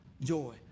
joy